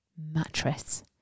Mattress